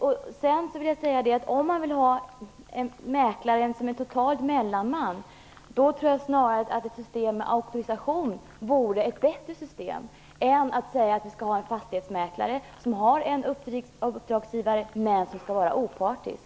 Om man vill ha en mäklare som är en mellanman tror jag att ett system med auktorisation vore ett bättre system än att ha en fastighetsmäklare som har en uppdragsgivare men som skall vara opartisk.